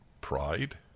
Pride